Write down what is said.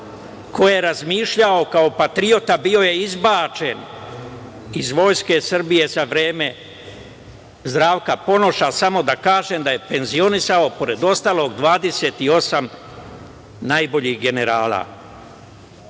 ko je razmišljao kao patriota bio je izbačen iz Vojske Srbije za vreme Zdravka Ponoša. Samo da kažem da je penzionisao, pored ostalog, 28 najboljih generala. Uništio